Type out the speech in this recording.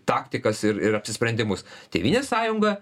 taktikas ir ir apsisprendimus tėvynės sąjunga